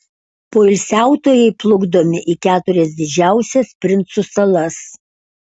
poilsiautojai plukdomi į keturias didžiausias princų salas